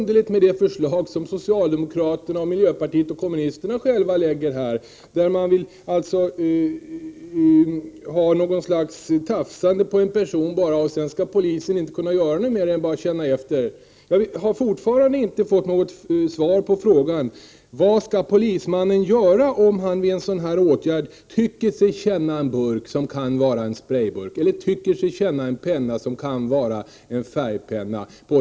Det förslag som socialdemokraterna, miljöpartiet och kommunisterna lägger fram är mer underligt. De vill ha något slags tafsande på en person, men något mer skall polisen tydligen inte kunna göra. Jag har fortfarande inte fått besked om vad den polisman skall göra som vid ytlig kroppsvisitation på en pendeltågsresenär tycker sig känna en burk, som kan vara en sprayburk, eller tycker sig känna en penna, som kan vara en färgpenna.